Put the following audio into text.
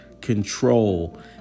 control